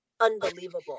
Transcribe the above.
unbelievable